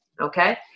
Okay